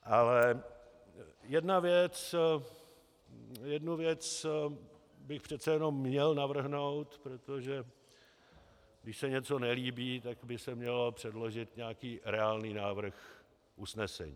Ale jednu věc bych přece jenom měl navrhnout, protože když se něco nelíbí, tak by se měl předložit nějaký reálný návrh usnesení.